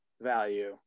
value